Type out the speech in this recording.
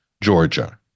Georgia